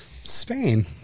Spain